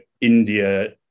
india